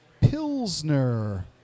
Pilsner